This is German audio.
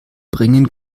bringen